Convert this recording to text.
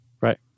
Right